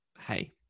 Hey